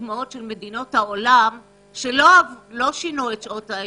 מדינות העולם שלא שינו את שנות ההתמחות,